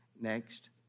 Next